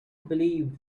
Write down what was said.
believed